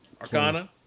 Arcana